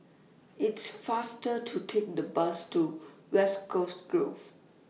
It's faster to Take The Bus to West Coast Grove